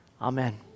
Amen